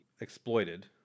exploited